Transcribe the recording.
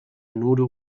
anode